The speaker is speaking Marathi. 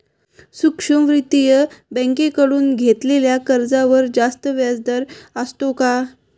सूक्ष्म वित्तीय बँकेकडून घेतलेल्या कर्जावर जास्त व्याजदर असतो का?